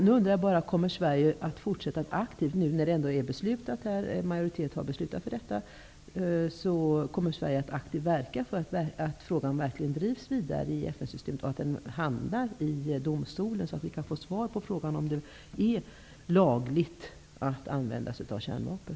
När nu en majoritet har fattat beslut om detta, undrar jag om Sverige kommer att fortsätta att aktivt verka för att frågan verkligen drivs vidare i FN-systemet och att den hamnar i domstolen, så att vi kan få svar på frågan om det är lagligt att använda sig av kärnvapen.